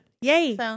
Yay